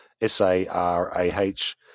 S-A-R-A-H